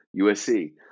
USC